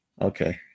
Okay